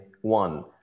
one